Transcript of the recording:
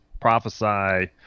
prophesy